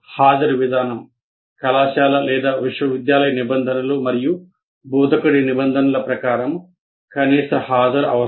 హాజరు విధానం కళాశాల విశ్వవిద్యాలయ నిబంధనలు మరియు బోధకుడి నిబంధనల ప్రకారం కనీస హాజరు అవసరం